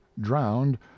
drowned